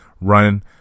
run